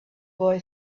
boy